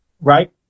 right